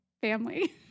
family